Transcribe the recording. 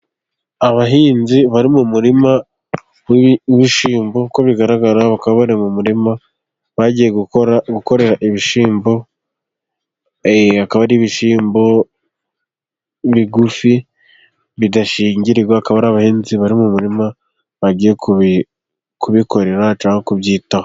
Abahinzi bari mu murima w'ibishyimbo uko bigaragara bakaba bari mu murima bagiye gukorera ibishyimbo. Akaba ari ibishyimbo bigufi bidashingirirwa, akaba ari abahinzi bari mu murima bagiye kubikorera cyangwa kubyitaho.